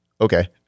okay